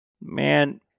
Man